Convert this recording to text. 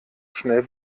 schnell